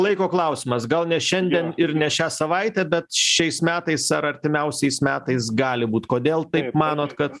laiko klausimas gal ne šiandien ir ne šią savaitę bet šiais metais ar artimiausiais metais gali būt kodėl taip manot kad